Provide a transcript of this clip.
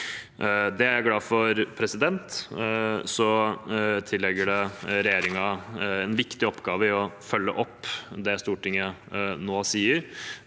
Det er jeg glad for. Det tilligger regjeringen en viktig oppgave i å følge opp det Stortinget nå sier,